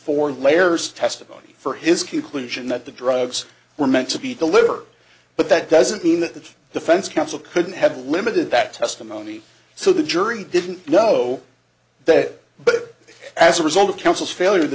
for layers testimony for his conclusion that the drugs were meant to be deliberate but that doesn't mean that the defense counsel couldn't have limited that testimony so the jury didn't know that but as a result of counsel's failure the